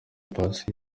paccy